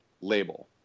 label